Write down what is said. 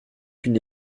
une